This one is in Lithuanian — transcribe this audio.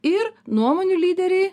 ir nuomonių lyderiai